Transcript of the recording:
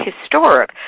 historic